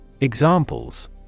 Examples